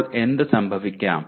ഇപ്പോൾ എന്ത് സംഭവിക്കാം